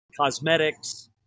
cosmetics